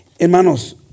Hermanos